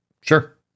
Sure